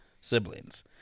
siblings